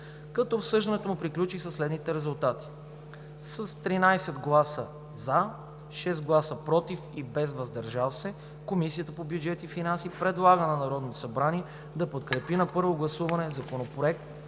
като обсъждането му приключи със следните резултати: с 13 гласа „за“, 6 гласа „против“ и без „въздържал се“, Комисията по бюджет и финанси предлага на Народното събрание да подкрепи на първо гласуване Законопроект